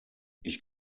ich